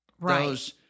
Right